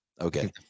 okay